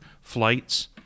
flights